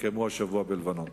שהתקיימו השבוע בלבנון.